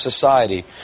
society